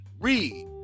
Read